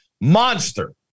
monster